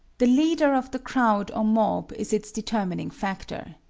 the leader of the crowd or mob is its determining factor.